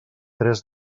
tres